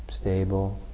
stable